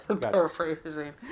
paraphrasing